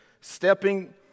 stepping